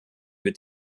wird